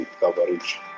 coverage